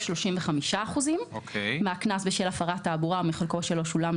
35% מהקנס בשל הפרת תעבורה מחלקו שלא שולם,